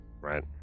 Right